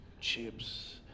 chips